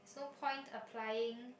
no point applying